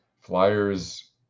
Flyers